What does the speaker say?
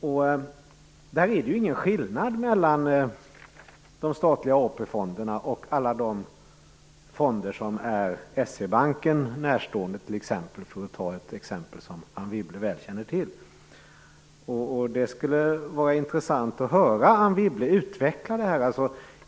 Det är i det sammanhanget ingen skillnad mellan de statliga AP-fonderna och alla de fonder som t.ex. - för att ta ett exempel som Anne Wibble väl känner till - är S-E-Banken närstående. Det skulle vara intressant att få höra Anne Wibble utveckla det här.